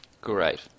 Great